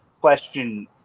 question